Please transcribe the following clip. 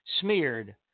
smeared